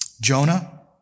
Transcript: Jonah